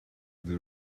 the